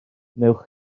wnewch